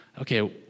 okay